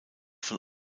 von